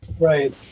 Right